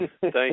Thank